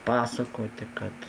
pasakoti kad